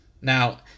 Now